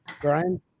Brian